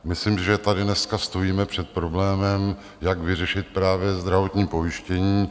Myslím, že tady dneska stojíme před problémem, jak vyřešit právě zdravotní pojištění.